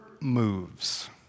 moves